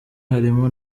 harimo